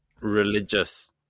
religious